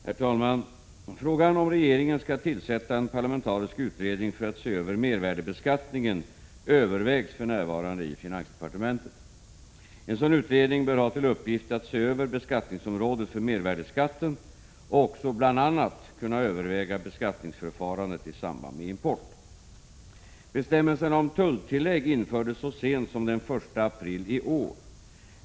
Herr talman! Frågan om regeringen skall tillsätta en parlamentarisk utredning för att se över mervärdebeskattningen övervägs för närvarande i finansdepartementet. En sådan utredning bör ha till uppgift att se över beskattningsområdet för mervärdeskatten och också bl.a. kunna överväga beskattningsförfarandet i samband med import. Bestämmelserna om tulltillägg infördes så sent som den 1 april i år.